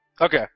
Okay